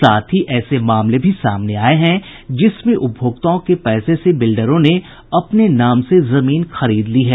साथ ही ऐसे मामले भी सामने आये हैं जिसमें उपभोक्ताओं के पैसे से बिल्डरों ने अपने नाम से जमीन खरीद ली है